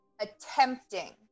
attempting